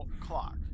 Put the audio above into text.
clock